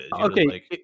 Okay